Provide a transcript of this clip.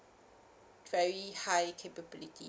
very high capability